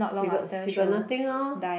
she got she got nothing lor